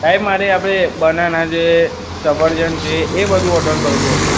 સાહેબ મારે આપણે બનાના છે સફરજન છે એ બધું ઓર્ડર કરવું હતું